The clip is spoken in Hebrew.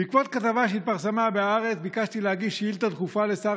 בעקבות כתבה שהתפרסמה בהארץ ביקשתי להגיש שאילתה דחופה לשר